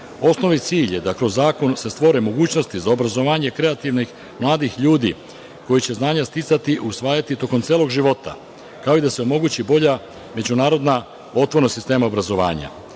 cilj je da se kroz zakon stvore mogućnosti za obrazovanje kreativnih mladih ljudi, koji će znanja sticati, usvajati tokom celog života, kao i da se omogući bolja međunarodna otvorenost sistema obrazovanja. Članovi